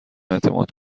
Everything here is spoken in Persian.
اعتماد